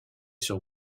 sur